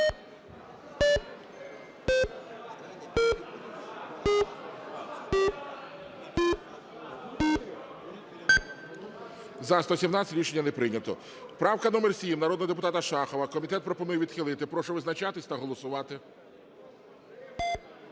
За-117 Рішення не прийнято. Правка номер 7 народного депутата Шахова. Комітет пропонує відхилити. Прошу визначатися та голосувати.